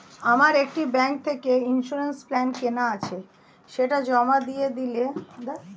আমার একটি ব্যাংক থেকে ইন্সুরেন্স প্ল্যান কেনা আছে সেটা জমা দিয়ে কি লোন পেতে পারি?